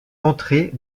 entrée